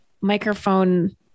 microphone